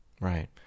right